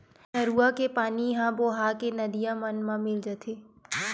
नरूवा के पानी ह बोहा के नदिया मन म मिल जाथे